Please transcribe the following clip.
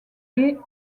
est